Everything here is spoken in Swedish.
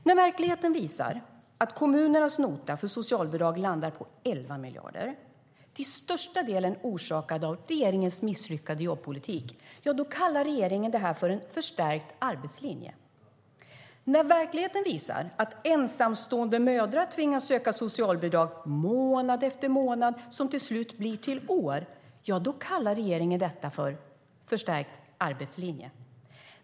När verkligheten visar att kommunernas nota för socialbidrag landar på 11 miljarder, till största delen orsakad av regeringens misslyckade jobbpolitik, kallar regeringen detta för en förstärkt arbetslinje. När verkligheten visar att ensamstående mödrar tvingas söka socialbidrag månad efter månad, som till slut blir till år, kallar regeringen detta för en förstärkt arbetslinje.